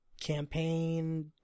campaign